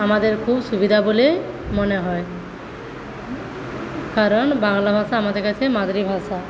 আমাদের খুব সুবিধা বলে মনে হয় কারণ বাংলা ভাষা আমাদের কাছে মাতৃভাষা